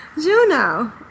juno